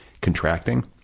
contracting